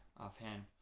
offhand